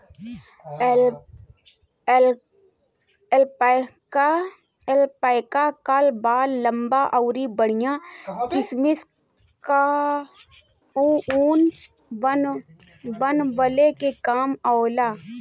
alpaca कअ बाल लंबा अउरी बढ़िया किसिम कअ ऊन बनवले के काम आवेला